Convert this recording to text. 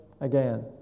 again